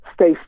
stay